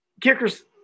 kicker's –